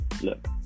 look